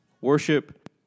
Worship